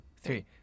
three